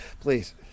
please